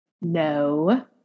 No